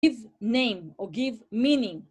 Give name or give meaning.